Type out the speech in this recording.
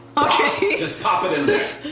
okay. just pop it in there.